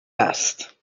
است